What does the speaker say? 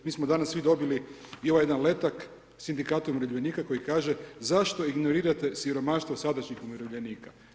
Mi smo danas svi dobili i ovaj jedan letak Sindikata umirovljenika, koji kaže Zašto ignorirate siromaštvo sadašnjih umirovljenika?